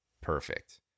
perfect